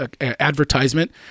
advertisement